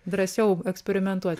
drąsiau eksperimentuot